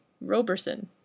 Roberson